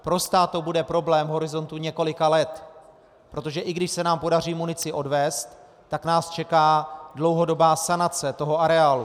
Pro stát to bude problém v horizontu několika let, protože i když se nám podaří munici odvézt, tak nás čeká dlouhodobá sanace toho areálu.